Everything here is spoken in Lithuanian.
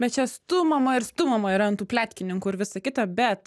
bet čia stumiama ir stumiama yra ant tų pletkininkų ir visa kita bet